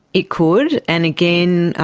it could, and again,